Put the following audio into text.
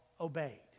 obeyed